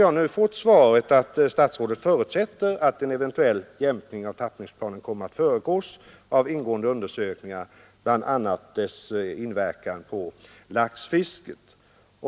Jag har nu fått svaret att statsrådet förutsätter att en eventuell jämkning av tappningsplanen kommer att föregås av ingående undersökningar, bl.a. dess inverkan på laxfisket.